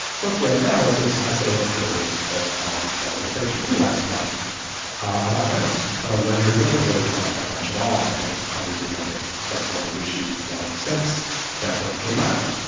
book right now as this essay of hers that um ran and the paris review last month about emmerson, a writer who doesn't really come up that much at all in how to do nothing but someone who she's read since that book came out,